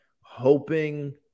hoping